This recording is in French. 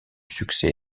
succès